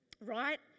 Right